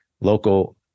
local